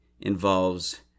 involves